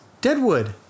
Deadwood